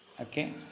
Okay